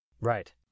Right